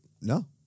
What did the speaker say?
No